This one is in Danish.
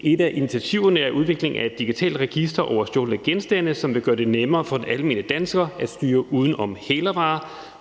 Et af initiativerne er udvikling af et digitalt register over stjålne genstande, som vil gøre det nemmere for den almene dansker at styre uden om hælervarer.